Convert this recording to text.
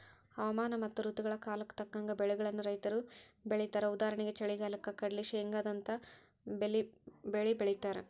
ಹವಾಮಾನ ಮತ್ತ ಋತುಗಳ ಕಾಲಕ್ಕ ತಕ್ಕಂಗ ಬೆಳಿಗಳನ್ನ ರೈತರು ಬೆಳೇತಾರಉದಾಹರಣೆಗೆ ಚಳಿಗಾಲಕ್ಕ ಕಡ್ಲ್ಲಿ, ಶೇಂಗಾದಂತ ಬೇಲಿ ಬೆಳೇತಾರ